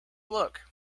look